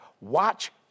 Watch